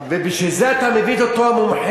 ובשביל זה אתה מביא את אותו המומחה.